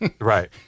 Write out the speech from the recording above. Right